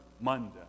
Monday